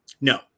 No